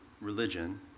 religion